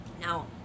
now